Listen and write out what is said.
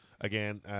again